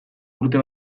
urte